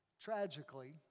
Tragically